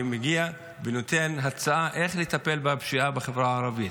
מגיע ונותן הצעה איך לטפל בפשיעה בחברה הערבית,